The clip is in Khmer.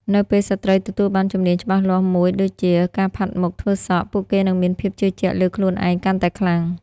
នៅពេលស្ត្រីទទួលបានជំនាញច្បាស់លាស់មួយដូចជា ការផាត់មុខ ធ្វើសក់ ពួកគេនឹងមានភាពជឿជាក់លើខ្លួនឯងកាន់តែខ្លាំង។